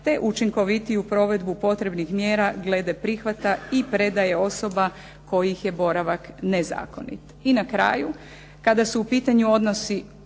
te učinkovitiju provedbu potrebnih mjera glede prihvata i predaje osoba kojih je boravak nezakonit. I na kraju, kada su u pitanju odnosi